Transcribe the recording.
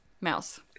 mouse